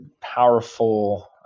powerful